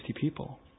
people